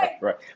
Right